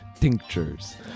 Tinctures